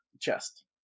chest